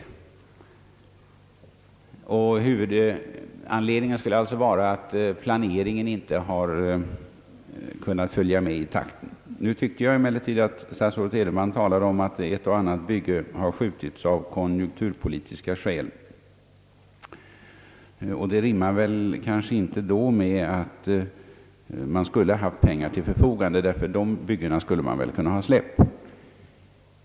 Huvudanledningen till det aktuella läget skulle alltså vara, att planeringen inte kunnat bedrivas i den takt som avsetts. Nu tyckte jag emellertid att statsrådet Edenman talade om att ett och annat bygge uppskjutits av konjunkturpolitis ka skäl, och det rimmar kanske inte helt med uppgiften att man skulle haft pengar till förfogande; de byggena hade man väl kunnat släppa.